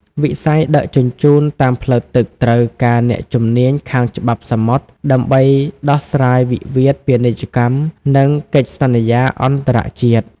វិស័យដឹកជញ្ជូនតាមផ្លូវទឹកត្រូវការអ្នកជំនាញខាងច្បាប់សមុទ្រ ដើម្បីដោះស្រាយវិវាទពាណិជ្ជកម្ម និងកិច្ចសន្យាអន្តរជាតិ។